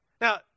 Now